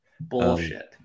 Bullshit